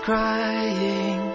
Crying